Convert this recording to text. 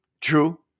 true